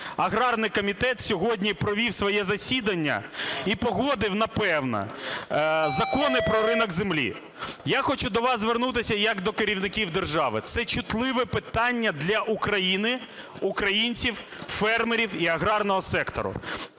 аграрний комітет сьогодні провів своє засідання і погодив, напевно, закони про ринок землі. Я хочу до вас звернутися як до керівників держави. Це чутливе питання для України, українців, фермерів і аграрного сектору.